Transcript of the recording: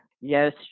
Yes